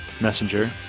messenger